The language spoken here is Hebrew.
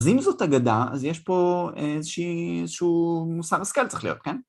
אז אם זאת אגדה, אז יש פה איזושהי איזשהו מוסר השכל צריך להיות, כן?